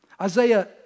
Isaiah